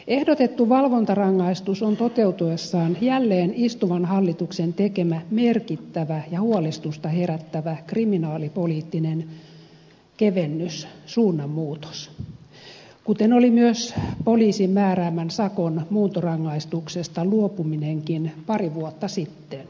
ehdotettu valvontarangaistus on toteutuessaan jälleen istuvan hallituksen tekemä merkittävä ja huolestusta herättävä kriminaalipoliittinen kevennys suunnanmuutos kuten oli myös poliisin määräämän sakon muuntorangaistuksesta luopuminen pari vuotta sitten